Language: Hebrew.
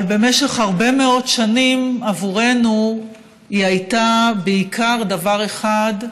אבל במשך הרבה מאוד שנים עבורנו היא הייתה בעיקר דבר אחד,